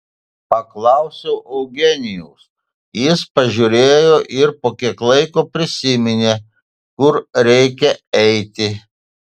paklausiau eugenijaus jis pažiūrėjo ir po kiek laiko prisiminė kur reikia eiti